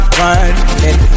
running